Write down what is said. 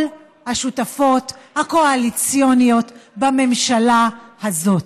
השותפות הקואליציוניות בממשלה הזאת.